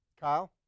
Kyle